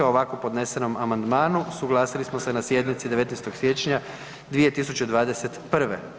O ovako podnesenom amandmanu, suglasili smo se na sjednici 19. siječnja 2021.